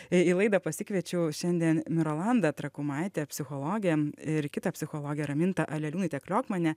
į laidą pasikviečiau šiandien mirolandą trakumaitę psichologę ir kitą psichologę ramintą aleliūnaitę kliokmanę